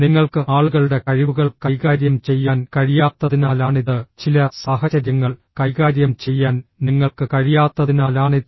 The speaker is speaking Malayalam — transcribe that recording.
നിങ്ങൾക്ക് ആളുകളുടെ കഴിവുകൾ കൈകാര്യം ചെയ്യാൻ കഴിയാത്തതിനാലാണിത് ചില സാഹചര്യങ്ങൾ കൈകാര്യം ചെയ്യാൻ നിങ്ങൾക്ക് കഴിയാത്തതിനാലാണിത്